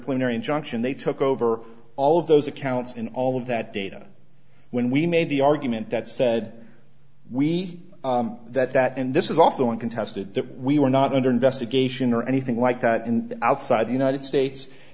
injunction they took over all of those accounts and all of that data when we made the argument that said we that that and this is also uncontested that we were not under investigation or anything like that and outside the united states